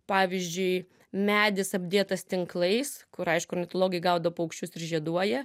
pavyzdžiui medis apdėtas tinklais kur aišku ornitologai gaudo paukščius ir žieduoja